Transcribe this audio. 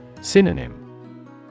Synonym